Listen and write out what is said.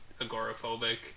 agoraphobic